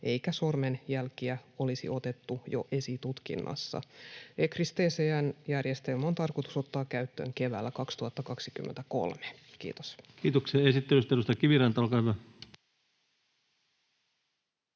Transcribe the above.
eikä sormenjälkiä olisi otettu jo esitutkinnassa. ECRIS-TCN-järjestelmä on tarkoitus ottaa käyttöön keväällä 2023. — Kiitos. Kiitoksia esittelystä. — Edustaja Kiviranta, olkaa hyvä.